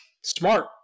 smart